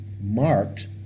marked